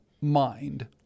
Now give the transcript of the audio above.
mind